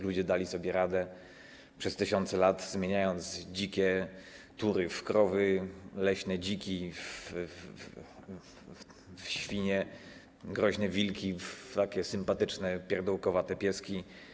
Ludzie dawali sobie radę przez tysiące lat, zmieniając dzikie tury w krowy, leśne dziki w świnie, groźne wilki w takie sympatyczne, pierdółkowate pieski.